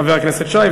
חבר הכנסת שי,